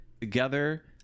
together